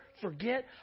forget